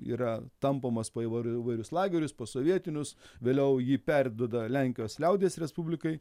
yra tampomas po įvairiu įvairius lagerius po sovietinius vėliau jį perduoda lenkijos liaudies respublikai